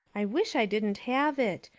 i wish i didn't have it.